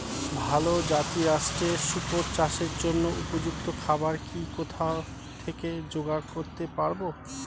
ভালো জাতিরাষ্ট্রের শুকর চাষের জন্য উপযুক্ত খাবার কি ও কোথা থেকে জোগাড় করতে পারব?